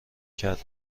کرد